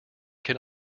can